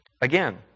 again